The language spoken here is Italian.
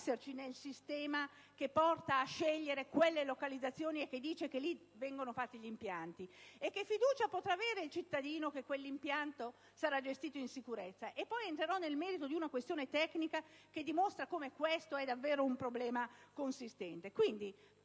Entrerò poi nel merito di una questione tecnica che dimostra come questo sia davvero un problema consistente.